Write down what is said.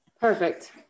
Perfect